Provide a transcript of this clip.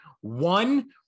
One